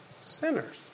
sinners